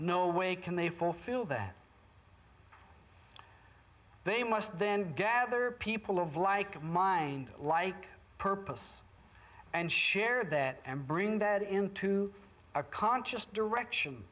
no way can they fulfill that they must then gather people of like mind like purpose and share that and bring that into our conscious direction